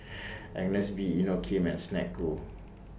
Agnes B Inokim and Snek Ku